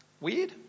Weird